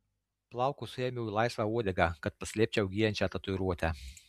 plaukus suėmiau į laisvą uodegą kad paslėpčiau gyjančią tatuiruotę